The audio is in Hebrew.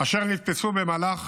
אשר נתפסו במהלך